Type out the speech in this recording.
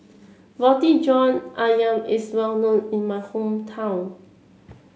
Roti John ayam is well known in my hometown